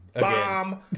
bomb